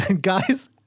Guys